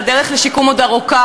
שהדרך שלהם לשיקום עוד ארוכה,